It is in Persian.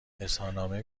اظهارنامه